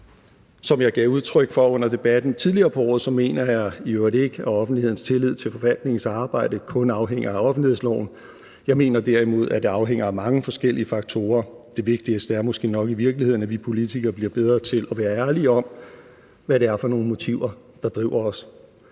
Som jeg gav udtryk for under debatten tidligere på året, mener jeg i øvrigt ikke, at offentlighedens tillid til forvaltningens arbejdet kun afhænger af offentlighedsloven. Jeg mener derimod, at det afhænger af mange forskellige faktorer. Det vigtigste er måske nok i virkeligheden, at vi politikere bliver bedre til at være ærlige om, hvad det er for nogle motiver, der driver os.